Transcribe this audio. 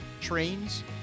trains